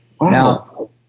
Now